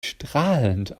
strahlend